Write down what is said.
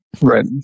Right